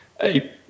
hey